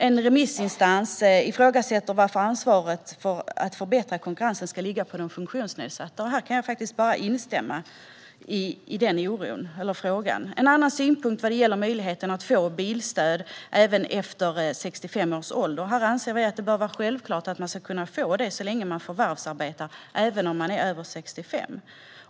En remissinstans ifrågasätter varför ansvaret för att förbättra konkurrensen ska ligga på de funktionsnedsatta, och jag kan faktiskt bara instämma i den frågan. En annan synpunkt gäller möjligheten att få bilstöd även efter 65 års ålder. Vi anser att man självklart bör kunna få det så länge man förvärvsarbetar, även om man är över 65.